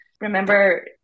remember